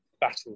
battle